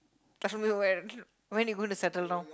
preferably when when you going to settle down